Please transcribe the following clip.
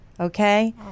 Okay